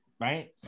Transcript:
right